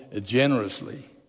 generously